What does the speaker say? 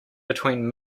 between